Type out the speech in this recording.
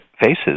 faces